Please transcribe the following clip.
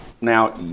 Now